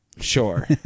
Sure